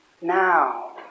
now